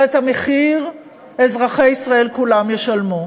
אבל את המחיר אזרחי ישראל כולם ישלמו.